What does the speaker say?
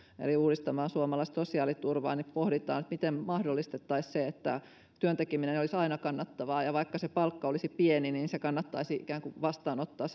eli uudistamaan suomalaista sosiaaliturvaa niin pohditaan miten mahdollistettaisiin se että työn tekeminen olisi aina kannattavaa eli vaikka se palkka olisi pieni niin se työ kannattaisi vastaanottaa